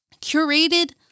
Curated